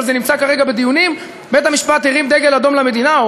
אבל זה נמצא כרגע בדיונים: בית-המשפט הרים דגל אדום למדינה,